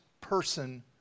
person